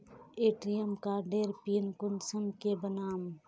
ATM कार्डेर PIN कुंसम के बनाम?